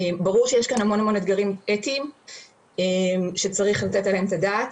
ברור שיש כאן המון אתגרים אתיים שצריך לתת עליהם את הדעת,